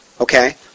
Okay